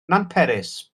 nantperis